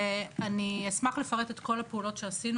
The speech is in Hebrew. אני אשמח לפרט את כל הפעולות שעשינו